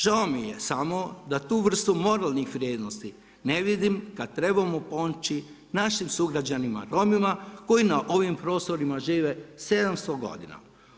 Žao mi je samo da tu vrstu moralnih vrijednosti ne vidim kada trebamo pomoći našim sugrađanima Romima koji na ovim prostorima žive 700 godina.